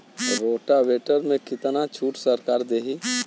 Rotavator में कितना छूट सरकार देही?